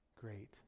great